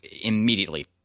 immediately